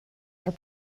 are